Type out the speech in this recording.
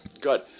Good